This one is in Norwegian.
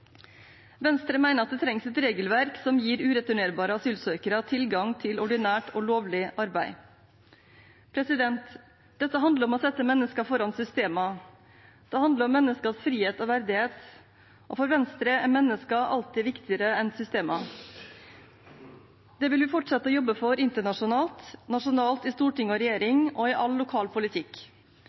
det trengs et regelverk som gir ureturnerbare asylsøkere tilgang til ordinært og lovlig arbeid. Dette handler om å sette mennesker foran systemer. Det handler om menneskers frihet og verdighet. For Venstre er mennesker alltid viktigere enn systemer. Det vil vi fortsette å jobbe for internasjonalt, nasjonalt i storting og i regjering og i all lokal politikk.